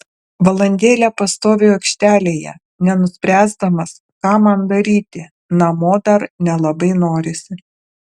valandėlę pastoviu aikštelėje nenuspręsdamas ką man daryti namo dar nelabai norisi